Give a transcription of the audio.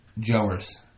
Joers